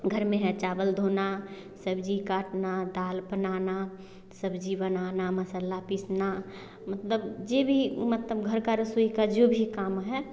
घर में है चावल धोना सब्ज़ी काटना दाल बनाना सब्ज़ी बनाना मसाला पीसना मतलब जे भी मतलब घर को रसोई का जो भी काम है